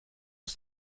ist